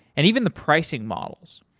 and even the pricing models.